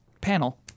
Panel